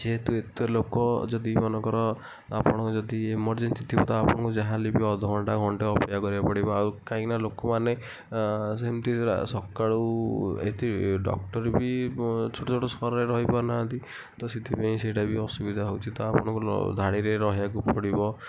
ଯେହେତୁ ଏତେ ଲୋକ ଯଦି ମନେକର ଆପଣ ଯଦି ଇମରଜେନ୍ସି ଥିବ ତ ଆପଣଙ୍କୁ ଯାହା ହେଲେ ବି ଅଧଘଣ୍ଟା ଘଣ୍ଟେ ଅପେକ୍ଷା କରିବାକୁ ପଡ଼ିବ ଆଉ କାହିଁକିନା ଲୋକମାନେ ସେମିତି ସକାଳୁ ଏଠି ଡକ୍ଟର୍ ବି ଛୋଟ ଛୋଟ ସହରରେ ରହିପାରୁ ନାହାଁନ୍ତି ତ ସେଥିପାଇଁ ସେଇଟା ବି ଅସୁବିଧା ହେଉଛି ତ ଆପଣ ଧାଡ଼ିରେ ରହିବାକୁ ପଡ଼ିବ